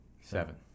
Seven